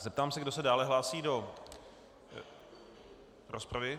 Zeptám se, kdo se dále hlásí do rozpravy.